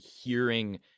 hearing